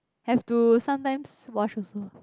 have to sometimes wash also